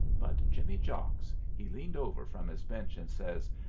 but jimmy jocks he leaned over from his bench and says,